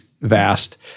vast